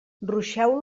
ruixeu